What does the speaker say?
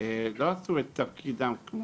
לא עשו את תפקידם כפי